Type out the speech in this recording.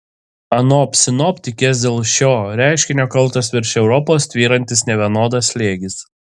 anot sinoptikės dėl šio reiškinio kaltas virš europos tvyrantis nevienodas slėgis